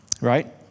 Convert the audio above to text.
right